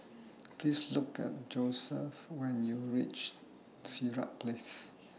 Please Look For Josef when YOU REACH Sirat Place